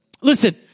Listen